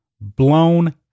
blown